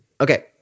Okay